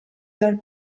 dal